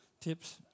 tips